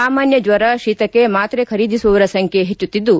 ಸಾಮಾನ್ಣ ಜ್ವರ ಶೀತಕ್ಷೆ ಮಾತ್ರೆ ಖರೀದಿಸುವವರ ಸಂಖ್ಣೆ ಹೆಚ್ಚುತ್ತಿದ್ದು